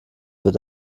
wird